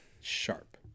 Sharp